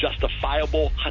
justifiable